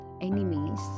enemies